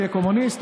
תהיה קומוניסט,